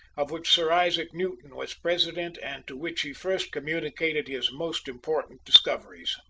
of which sir isaac newton was president, and to which he first communicated his most important discoveries.